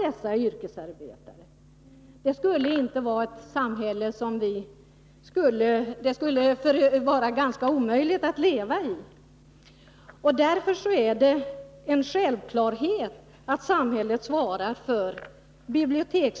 Detta beror på museernas och arkivens betydande lokalkostnader — den andel av de sammantagna förvaltningskostnaderna där besparingar ej heller är tillåtna.